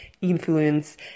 influence